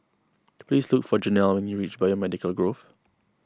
please look for Janel when you reach Biomedical Grove